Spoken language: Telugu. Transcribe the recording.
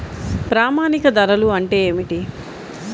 ప్రామాణిక ధరలు అంటే ఏమిటీ?